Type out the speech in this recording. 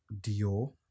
dior